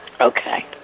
Okay